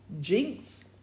jinx